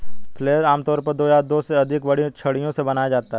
flail आमतौर पर दो या दो से अधिक बड़ी छड़ियों से बनाया जाता है